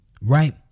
right